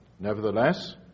Nevertheless